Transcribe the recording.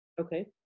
Okay